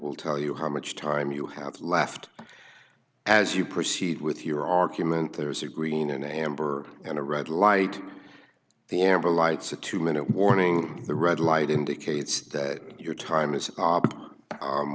will tell you how much time you have left as you proceed with your argument there's a green an amber and a red light the amber lights a two minute warning the red light indicates that your time is